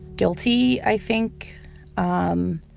guilty, i think um